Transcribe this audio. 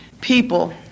people